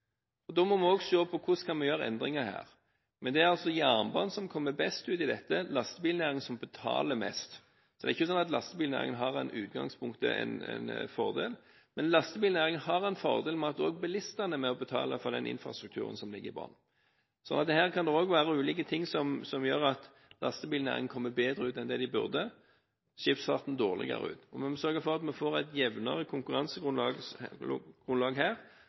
og andres – kostnader. Da må vi også se på hvordan vi kan gjøre endringer her. Men det er altså jernbanen som kommer best ut, og lastebilnæringen som betaler mest. Så det er ikke slik at lastebilnæringen i utgangspunktet har en fordel, men lastebilnæringen har en fordel ved at også bilistene er med og betaler for den infrastrukturen som ligger i bunnen. Så her kan det være ulike ting som gjør at lastebilnæringen kommer bedre ut enn det de burde, og at skipsfarten kommer dårligere ut. Vi må sørge for at vi får et jevnere konkurransegrunnlag